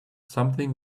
something